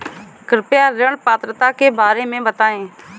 कृपया ऋण पात्रता के बारे में बताएँ?